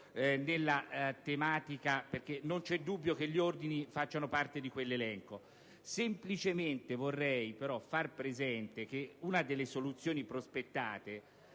nella tematica, perché non vi è dubbio che gli ordini facciano parte di quell'elenco. Vorrei fare però presente che una delle soluzioni prospettate,